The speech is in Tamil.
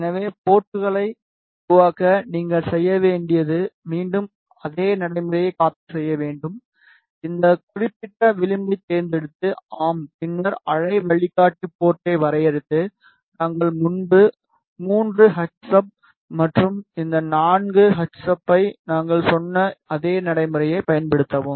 எனவே போர்ட்களை உருவாக்க நீங்கள் செய்ய வேண்டியது மீண்டும் அதே நடைமுறையை காப்பி செய்ய வேண்டும் இந்த குறிப்பிட்ட விளிம்பைத் தேர்ந்தெடுத்து ஆம் பின்னர் அலை வழிகாட்டி போர்ட்டை வரையறுத்து நாங்கள் முன்பு 3 ஹச் சப் மற்றும் இந்த 4 ஹச் சப் ஐ நாங்கள் சொன்ன அதே நடைமுறையைப் பயன்படுத்தவும்